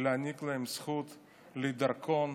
ולהעניק להם זכות לדרכון